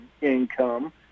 income